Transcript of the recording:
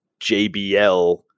JBL